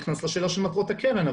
זה נכנס לשאלה של מטרות הקרן,